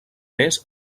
més